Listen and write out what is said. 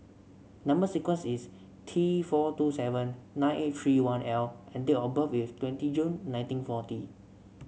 number sequence is T four two seven nine eight three one L and date of birth is twenty June nineteen forty